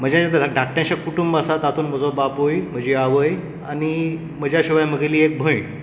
म्हजें धाकटेशें कुटुंब आसा तातूंत म्हजो बापूय म्हजी आवय आनी म्हज्या शिवाय म्हगेली एक भयण